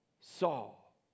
Saul